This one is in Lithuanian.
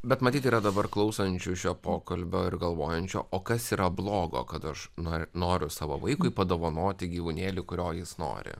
bet matyt yra dabar klausančių šio pokalbio ir galvojančio o kas yra blogo kad aš noriu noriu savo vaikui padovanoti gyvūnėlį kurio jis nori